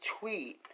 tweet